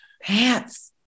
Pants